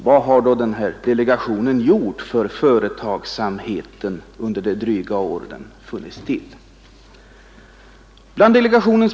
Vad har då den här delegationen gjort för företagsamheten under det dryga år den funnits till?